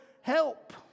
help